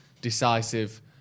decisive